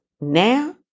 now